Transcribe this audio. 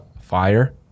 Fire